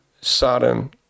Sodom